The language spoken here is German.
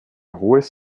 hohes